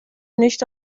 nicht